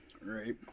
Right